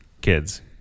kids